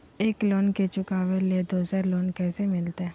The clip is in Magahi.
एक लोन के चुकाबे ले दोसर लोन कैसे मिलते?